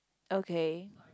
okay